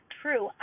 true